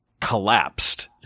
collapsed